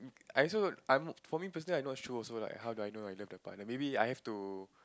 I also I'm for me personally I'm not sure also like how do I know I don't love the partner maybe I have to